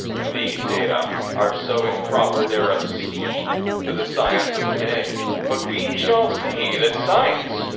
these data are so improper they're obscene to the science of today, but we shall see that science,